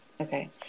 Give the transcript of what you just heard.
Okay